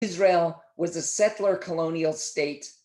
ישראל הייתה מדינה קולוניאלית.